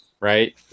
right